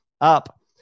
Up